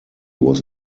was